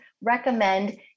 recommend